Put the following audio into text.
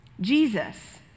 Jesus